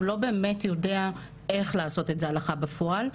הוא לא באמת יודע איך לעשות את זה הלכה בפועל,